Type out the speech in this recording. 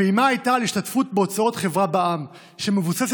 הפעימה הייתה על השתתפות בהוצאות חברה בע"מ שמבוססת